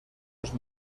los